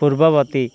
ପୂର୍ବବର୍ତ୍ତୀ